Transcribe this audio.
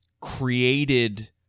created